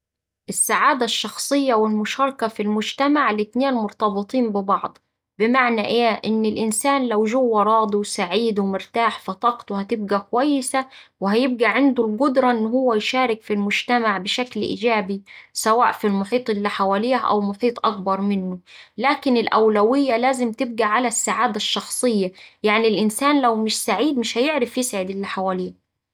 السعادة الشخصية والمشاركة في المجتمع الاتنين مرتبطين ببعض بمعني إيه إن الإنسان لو جوا راضي وسعيد ومرتاح فطاقته هتبقا كويسة وهيبقا عنده القدرة إن هوه يشارك في المجتمع بشكل إيجابي سواء في المحيط اللي حواليه أو محيط أكبر منه، لكن الأولوية لازم تبقا على السعادة الشخصية يعني الإنسان لو مش سعيد مش هيعرف يسعد اللي حواليه.